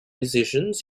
musicians